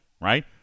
right